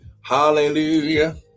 Hallelujah